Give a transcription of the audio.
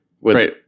Right